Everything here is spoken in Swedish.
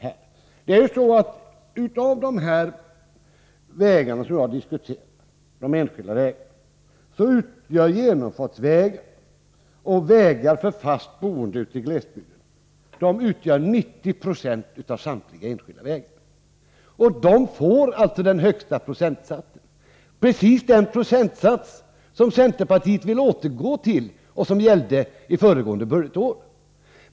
Av de enskilda vägarna, som vi nu har diskuterat, utgör genomfartsvägar och vägar för fast boende i glesbygden 90 96. Dessa vägar får den högsta procentsatsen, just den procentsats som centerpartiet vill återgå till och som gällde under föregående budgetår.